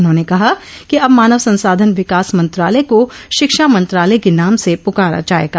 उन्होंने कहा कि अब मानव संसाधन विकास मंत्रालय को शिक्षा मंत्रालय के नाम से पुकारा जाएगा